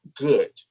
good